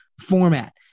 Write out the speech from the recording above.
format